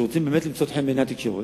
שרוצים באמת למצוא חן בעיני התקשורת